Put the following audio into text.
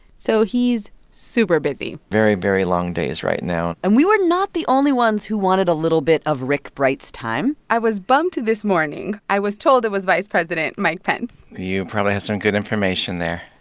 so he's super busy very, very long days right now and we were not the only ones who wanted a little bit of rick bright's time i was bumped this morning. i was told it was vice president mike pence you probably have some good information there